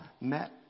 met